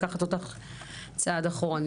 יודעים לדברר את הדברים הטובים שהם עושים.